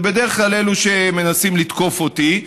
זה בדרך כלל אלה שמעוניינים לתקוף אותי.